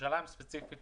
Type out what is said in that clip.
ירושלים ספציפית